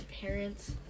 parents